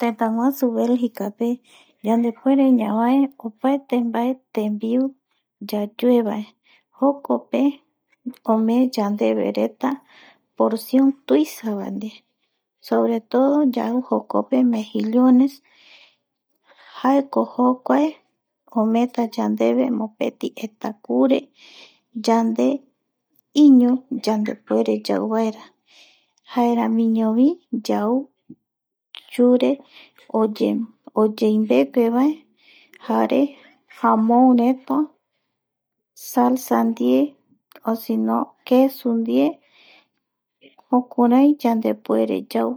Tetaguasu Belgicape yandepuere ñavae opaete tembiu yayuevae jokope omee yandevereta porcion tuisavae sobre todo yau jokope mejillones jaeko jokuae omeeta yandeve yandemopeti etakure yande iño yandepuere yauvaera jaeramiñovi yau chure oyeimbeguevae jare jamoureta salsa ndie o sino kesu ndie jukurai yandepuere yau